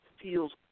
feels